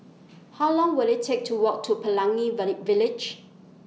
How Long Will IT Take to Walk to Pelangi Village